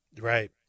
Right